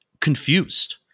confused